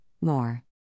more